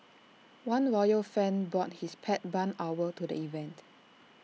one royal fan brought his pet barn owl to the event